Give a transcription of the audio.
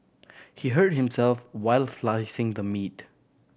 he hurt himself while slicing the meat